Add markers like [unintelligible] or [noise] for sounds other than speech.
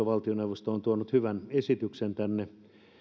[unintelligible] valtioneuvosto on tuonut hyvän esityksen tänne